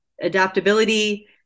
adaptability